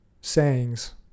sayings